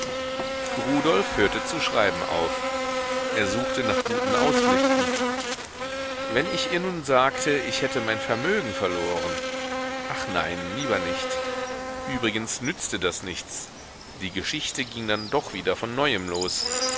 rudolf hörte zu schreiben auf er suchte nach guten ausflüchten wenn ich ihr nun sagte ich hätte mein vermögen verloren ach nein lieber nicht übrigens nützte das nichts die geschichte ging dann doch wieder von neuem los